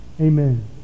Amen